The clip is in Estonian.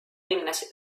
ilmnes